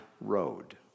road